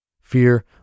Fear